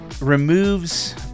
removes